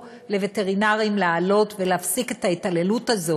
לווטרינרים לעלות ולהפסיק את ההתעללות הזאת,